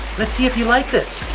let's see if you like this.